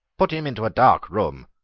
put him into a dark room.